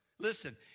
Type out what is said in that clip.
Listen